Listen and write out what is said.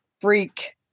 freak